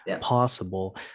possible